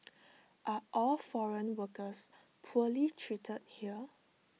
are all foreign workers poorly treated here